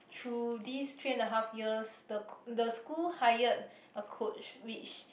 through these three and a half years the c~ the school hired a coach which